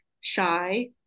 shy